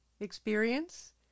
Experience